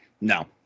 No